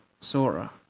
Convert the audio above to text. Sora